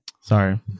Sorry